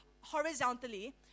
horizontally